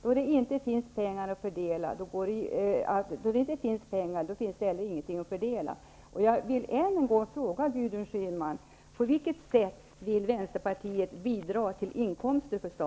Då det inte finns pengar, finns det inte heller någonting att fördela.